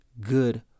good